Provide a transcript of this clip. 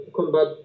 combat